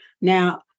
Now